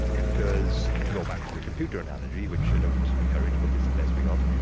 because, to go back to the computer analogy, which i don't encourage but it's the best we've got,